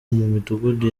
midugudu